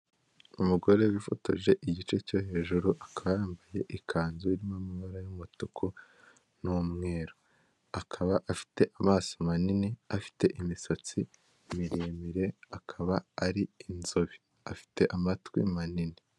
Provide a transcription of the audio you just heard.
Umugore wifotoje igice cyo hejuru akaba yambaye ikanzu y''amabara y'umutuku n'umweru akaba afite amaso manini afite imisatsi miremire akaba ari inzobe afite amatwi manini.